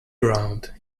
round